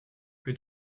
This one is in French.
que